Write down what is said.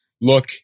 look